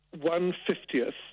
one-fiftieth